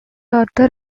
arthur